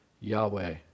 Yahweh